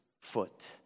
foot